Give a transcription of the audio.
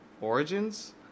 Origins